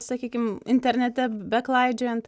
sakykim internete beklaidžiojant